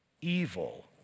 Evil